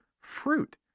fruit